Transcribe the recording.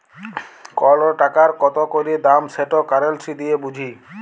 call টাকার কত ক্যইরে দাম সেট কারেলসি দিঁয়ে বুঝি